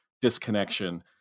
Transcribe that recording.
disconnection